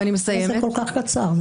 מה זה כל כך קצר?